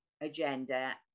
agenda